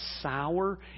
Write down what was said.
sour